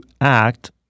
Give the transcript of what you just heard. act